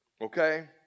Okay